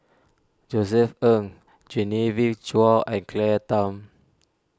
Josef Ng Genevieve Chua and Claire Tham